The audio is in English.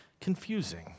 confusing